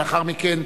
ולאחר מכן